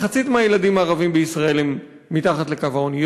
מחצית מהילדים הערבים במדינת ישראל הם מתחת לקו העוני,